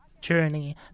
journey